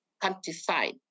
countryside